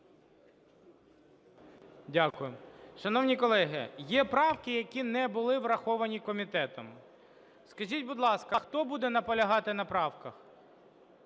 Дякую. Шановні колеги, є правки які не були враховані комітетом. Скажіть, будь ласка, хто буде наполягати на правках?